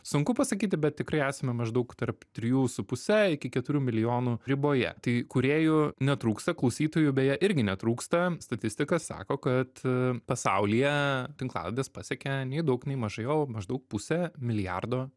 sunku pasakyti bet tikrai esame maždaug tarp trijų su puse iki keturių milijonų riboje tai kūrėjų netrūksta klausytojų beje irgi netrūksta statistika sako kad pasaulyje tinklalaides pasiekia nei daug nei mažai o maždaug pusė milijardo